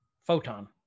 photon